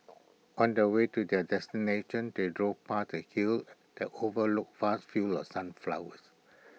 on the way to their destination they drove past A hill that overlooked vast fields of sunflowers